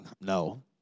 no